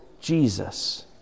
Jesus